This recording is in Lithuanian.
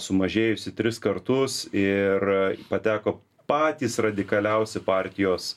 sumažėjusi tris kartus ir pateko patys radikaliausi partijos